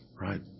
Right